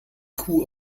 kuh